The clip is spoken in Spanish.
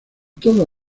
todo